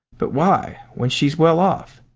but why, when she's well off?